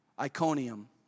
Iconium